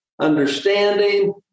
understanding